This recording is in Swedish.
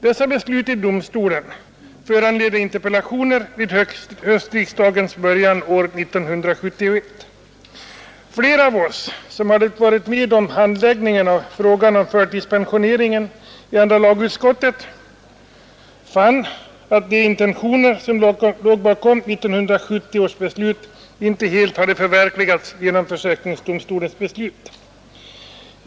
Dessa beslut i domstolen föranledde interpellationer vid höstriksdagens början år 1971. Flera av oss som hade varit med om handläggningen av frågan om förtidspensioneringen i andra lagutskottet fann att de intentioner som låg bakom 1970 års beslut inte helt hade förverkligats genom försäkringsdomstolens utslag.